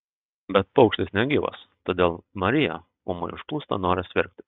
bet paukštis negyvas todėl mariją ūmai užplūsta noras verkti